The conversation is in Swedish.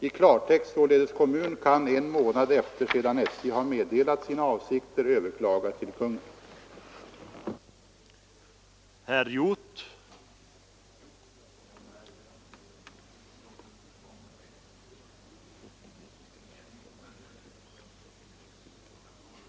I klartext således: Kommun kan en månad efter det att SJ har meddelat sina avsikter överklaga till Kungl. Maj:t.